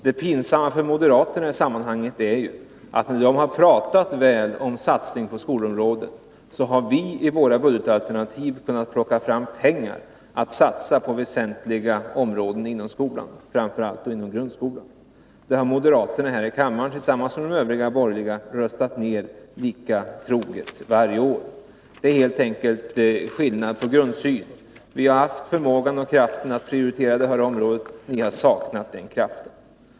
Det pinsamma för moderaterna i sammanhanget är att när de enbart har talat om satsningar på skolområdet, så har vi i våra budgetalternativ kunnat plocka fram pengar för att satsa på väsentliga områden inom skolan, framför allt inom grundskolan. De förslagen har moderaterna här i kammaren tillsammans med de övriga borgerliga röstat ner lika troget varje år. Det är helt enkelt fråga om en skillnad i grundsyn. Vi har haft förmågan och kraften att prioritera det här området. Ni har saknat den kraften.